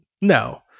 No